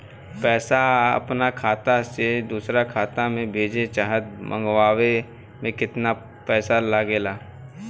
पैसा अपना खाता से दोसरा खाता मे भेजे चाहे मंगवावे में केतना पैसा लागेला?